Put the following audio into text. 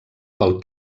pel